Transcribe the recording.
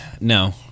no